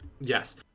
Yes